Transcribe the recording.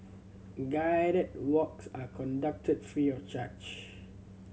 guided walks are conducted free of charge